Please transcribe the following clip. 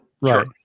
Right